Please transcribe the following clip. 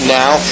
now